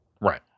Right